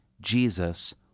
Jesus